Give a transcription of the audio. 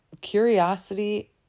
curiosity